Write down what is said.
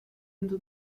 into